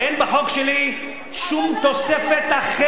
אין בחוק שלי, אבל לא של, שום תוספת אחרת.